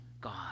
God